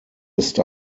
ist